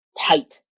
tight